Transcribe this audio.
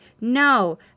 No